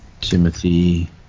Timothy